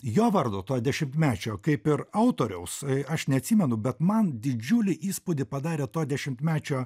jo vardo to dešimtmečio kaip ir autoriaus aš neatsimenu bet man didžiulį įspūdį padarė to dešimtmečio